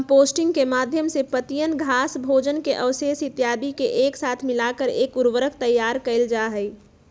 composting के माध्यम से पत्तियन, घास, भोजन के अवशेष इत्यादि के एक साथ मिलाकर एक उर्वरक तैयार कइल जाहई